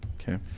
Okay